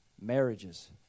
Marriages